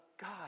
God